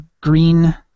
Green